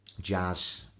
jazz